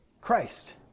Christ